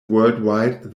worldwide